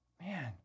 Man